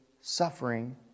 suffering